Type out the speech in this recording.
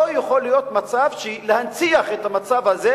לא יכול להיות שמנציחים את המצב הזה,